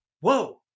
Whoa